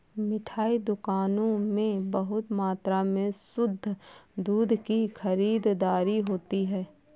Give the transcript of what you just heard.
मिठाई दुकानों में बहुत मात्रा में शुद्ध दूध की खरीददारी होती है